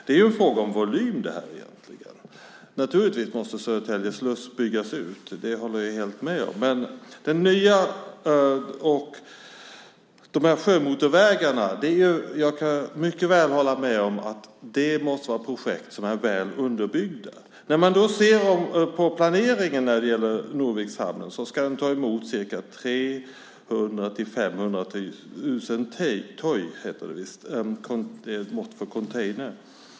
Det här är egentligen en fråga om volym. Naturligtvis måste Södertälje sluss byggas ut. Det håller jag helt med om. När det gäller sjömotorvägarna kan jag mycket väl hålla med om att det är projekt som är väl underbyggda. När man ser på planeringen för Norvikshamnen så ska den ta emot 300 000-500 000 TEU. Det är ett mått för container.